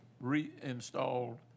reinstalled